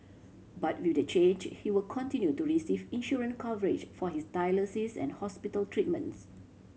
but with the change he will continue to receive insurance coverage for his dialysis and hospital treatments